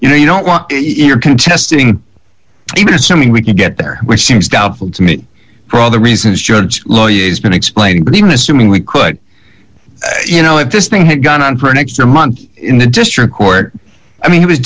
you know you don't want your contesting even assuming we can get there which seems doubtful to me for all the reasons your lawyer has been explaining but even assuming we could you know if this thing had gone on for an extra month in the district court i mean he was